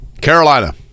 Carolina